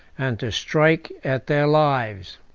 and to strike at their lives.